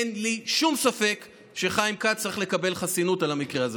אין לי שום ספק שחיים כץ צריך לקבל חסינות על המקרה הזה.